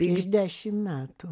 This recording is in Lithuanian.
prieš dešim metų